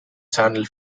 channel